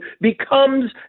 becomes